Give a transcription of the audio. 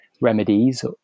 remedies